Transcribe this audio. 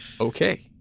Okay